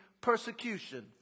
persecution